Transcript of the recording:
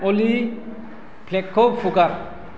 अलि फ्लेटखौ फुगार